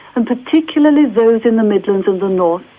and particularly those in the midlands and the north,